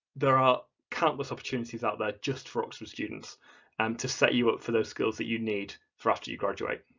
there are countless opportunities out there just for oxford students and to set you up for those skills that you need for after you graduate.